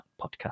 Podcast